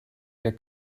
der